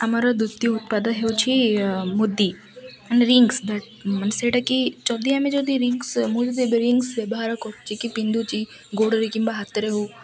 ଆମର ଦ୍ୱିତୀୟ ଉତ୍ପାଦ ହେଉଛି ମୁଦି ମାନେ ରିଙ୍ଗସ୍ ମାନେ ସେଇଟା କି ଯଦି ଆମେ ଯଦି ରିଙ୍ଗସ୍ ମୁଁ ଯଦିବେ ରିଙ୍ଗସ୍ ବ୍ୟବହାର କରୁଛି କି ପିନ୍ଧୁଛି ଗୋଡ଼ରେ କିମ୍ବା ହାତରେ ହେଉ